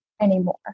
anymore